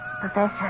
Professor